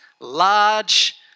large